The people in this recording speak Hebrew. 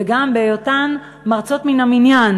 וגם היותן מרצות מן המניין,